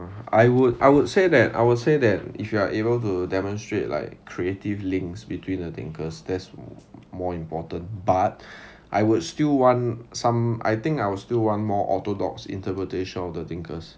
I would I would say that I would say that if you are able to demonstrate like creative links between the thinkers that's more important but I would still want some I think I would still want more orthodox interpretation of the thinkers